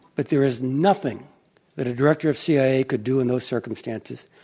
but there is nothing that a director of cia could do in those circumstances.